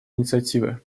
инициативы